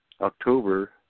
October